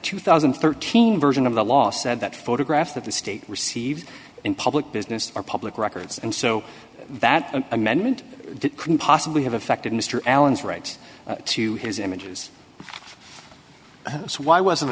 two thousand and thirteen version of the law said that photographs that the state received in public business are public records and so that amendment couldn't possibly have affected mr allen's rights to his images so why wasn't